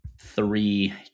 three